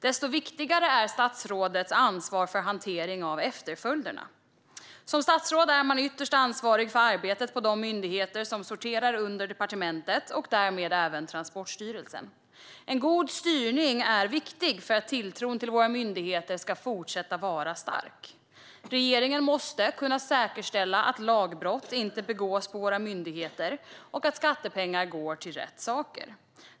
Desto viktigare är statsrådets ansvar för hantering av efterföljderna. Som statsråd är man ytterst ansvarig för arbetet på de myndigheter som sorterar under departementet och därmed även Transportstyrelsen. En god styrning är viktig för att tilltron till våra myndigheter ska fortsätta vara stark. Regeringen måste kunna säkerställa att lagbrott inte begås på våra myndigheter och att skattepengar går till rätt saker.